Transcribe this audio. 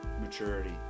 maturity